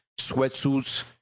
sweatsuits